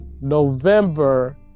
November